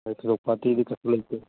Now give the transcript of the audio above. ꯊꯣꯏꯗꯣꯛꯄ ꯑꯇꯩ ꯂꯩꯇꯦ